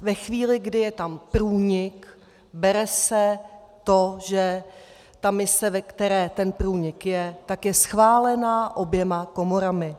Ve chvíli, kdy je tam průnik, bere se to, že ta mise, ve které ten průnik je, je schválena oběma komorami.